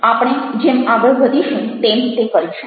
આપણે જેમ આગળ વધીશું તેમ તે કરીશું